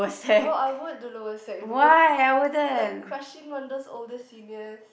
oh I would to lower sec remember like crushing on those older seniors